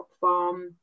farm